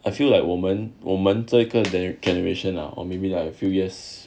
I feel like 我们我们这个 gen~ generation lah or maybe like a few years